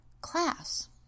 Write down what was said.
class